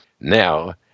now